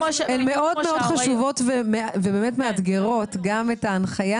אני חושבת שהשאלות האלה הן מאוד חשובות והן באמת מאתגרות גם את ההנחיה,